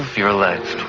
your legs